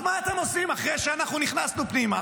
אז מה אתם עושים אחרי שנכנסנו פנימה,